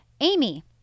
Amy